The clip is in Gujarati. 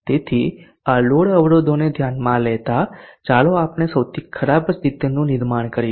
તેથી આ લોડ અવરોધોને ધ્યાનમાં લેતા ચાલો આપણે સૌથી ખરાબ સ્થિતિનું નિર્માણ કરીએ